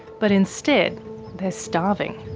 but instead they're starving.